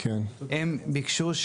הם ביקשו,